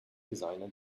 designer